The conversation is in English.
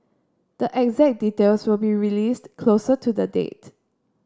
the exact details will be released closer to the date